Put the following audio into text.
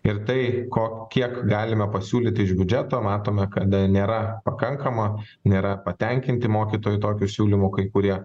ir tai ko kiek galime pasiūlyti iš biudžeto matome kad nėra pakankama nėra patenkinti mokytojai tokiu siūlymu kai kurie